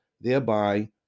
thereby